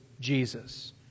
Jesus